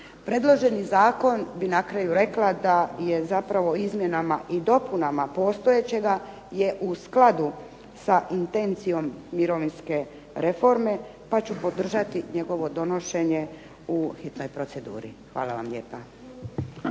Predloženi zakon bi na kraju rekla da je zapravo izmjenama i dopunama postojećega je u skladu sa intencijom mirovinske reforme, pa ću podržati njegovo donošenje u hitnoj proceduri. Hvala vam lijepa.